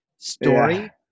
Story